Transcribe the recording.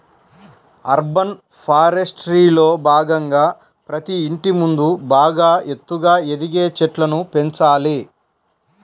urban ఫారెస్ట్రీలో భాగంగా ప్రతి ఇంటి ముందు బాగా ఎత్తుగా ఎదిగే చెట్లను పెంచాలి